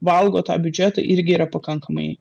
valgo tą biudžetą irgi yra pakankamai